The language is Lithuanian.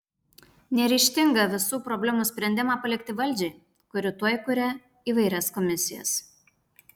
neryžtinga visų problemų sprendimą patiki valdžiai kuri tuoj kuria įvairias komisijas